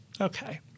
okay